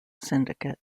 syndicate